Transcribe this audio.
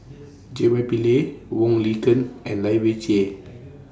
J Y Pillay Wong Lin Ken and Lai Weijie